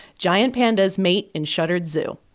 giant pandas mate in shuttered zoo.